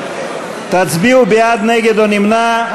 תצביעו בעד, נגד או נמנע.